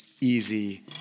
easy